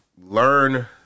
learn